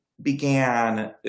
began